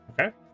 Okay